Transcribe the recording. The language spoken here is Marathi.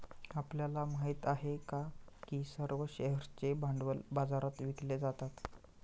आपल्याला माहित आहे का की सर्व शेअर्सचे भांडवल बाजारात विकले जातात?